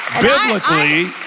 biblically